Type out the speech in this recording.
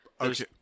Okay